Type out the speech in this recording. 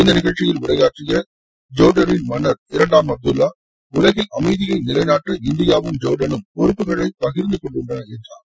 இந்த நிகழ்ச்சியில் உரையாற்றிய ஜோர்டரின் மன்னர் இரண்டாம் அப்துல்லா உலகில் அமைதியை நிலைநாட்ட இந்தியாவும் ஜோர்டானும் பொறுப்புகளை பகிர்ந்து கொண்டுள்ளன என்றார்